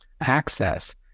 access